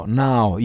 now